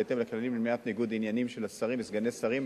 בהתאם לכללים למניעת ניגוד עניינים של שרים וסגני שרים,